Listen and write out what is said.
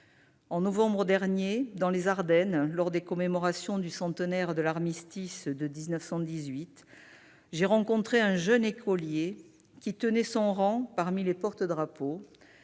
En novembre dernier, dans les Ardennes, lors des commémorations du centenaire de l'armistice de 1918, j'ai rencontré un jeune écolier qui tenait son rang parmi les porte-drapeaux.